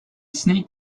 sneaked